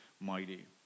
mighty